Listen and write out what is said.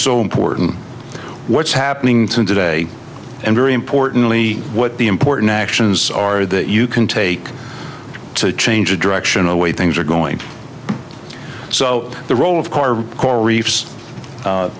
so important what's happening today and very importantly what the important actions are that you can take to change direction of the way things are going so the role of core coral reefs